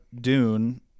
Dune